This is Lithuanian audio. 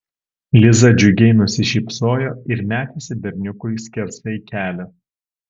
liza džiugiai nusišypsojo ir metėsi berniukui skersai kelio